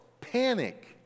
panic